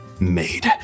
made